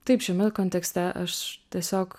taip šiame kontekste aš tiesiog